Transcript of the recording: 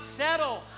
settle